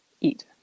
eat